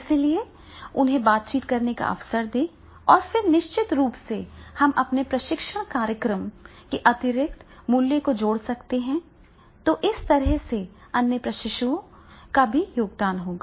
इसलिए उन्हें बातचीत करने का अवसर दें और फिर निश्चित रूप से हम अपने प्रशिक्षण कार्यक्रमों के अतिरिक्त मूल्य को जोड़ सकते हैं और इस तरह से अन्य प्रशिक्षुओं का भी योगदान होगा